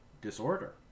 disorder